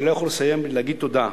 אני לא יכול לסיים בלי להגיד תודה.